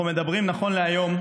נכון להיום,